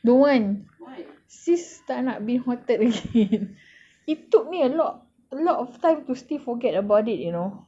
don't want sis tak nak being haunted again it took me a lot of time to still forget about it you know